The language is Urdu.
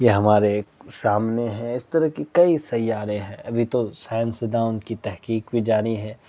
یہ ہمارے سامنے ہے اس طرح کے کئی سیارے ہیں ابھی تو سائنسدانوں کی تحقیق بھی جاری ہے